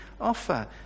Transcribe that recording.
offer